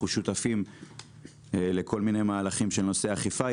שותפים לכל מיני מהלכים של נושאי אכיפה.